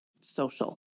social